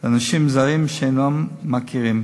של אנשים זרים, שהם אינם מכירים.